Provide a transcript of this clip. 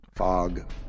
Fog